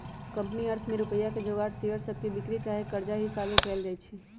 company अर्थ में रुपइया के जोगार शेयर सभके बिक्री चाहे कर्जा हिशाबे कएल जाइ छइ